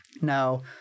Now